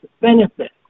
benefit